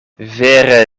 vere